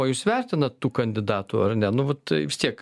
o jūs vertinat tų kandidatų ar ne nu vat vis tiek